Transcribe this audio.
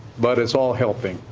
but it's all helping.